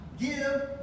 give